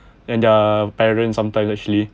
than their parents sometimes actually